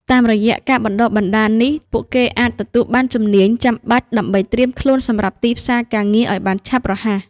តាមរយៈការបណ្តុះបណ្តាលនេះ ពួកគេអាចទទួលបានជំនាញចាំបាច់ដើម្បីត្រៀមខ្លួនសម្រាប់ទីផ្សារការងារឱ្យបានឆាប់រហ័ស។